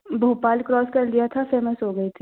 Bhopal cross कर लिया था फिर मैं सो गई थी